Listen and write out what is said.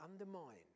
undermined